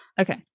Okay